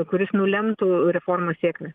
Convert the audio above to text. kuris nulemtų reformos sėkmę